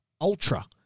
Ultra